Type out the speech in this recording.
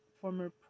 former